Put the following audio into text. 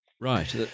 Right